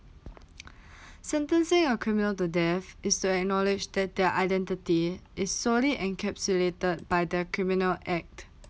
sentencing a criminal to death is to acknowledge that their identity is solely encapsulated by the criminal act